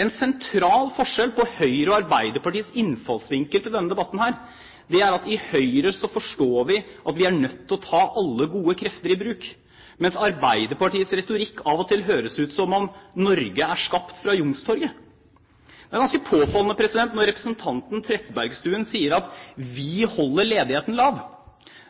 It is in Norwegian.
En sentral forskjell på Høyres og Arbeiderpartiets innfallsvinkel til denne debatten er at i Høyre forstår vi at vi er nødt til å ta alle gode krefter i bruk, mens med Arbeiderpartiets retorikk høres det av og til ut som om Norge er skapt fra Youngstorget. Det er ganske påfallende når representanten Trettebergstuen sier: «Vi holder ledigheten lav.»